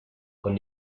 con